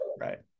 Right